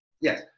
Yes